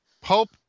Pulp